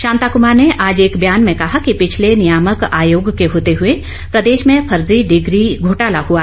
शांता कमार ने आज एक बयान में कहा कि पिछले नियामक आयोग के होते हुए प्रदेश में फर्जी डिग्री घोटाला हुआ